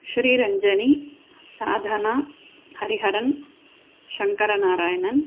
Sriranjani Sadhana Hariharan Shankaranarayanan